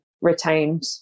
retained